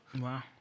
Wow